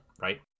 right